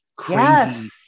crazy